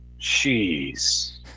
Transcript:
Jeez